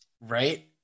Right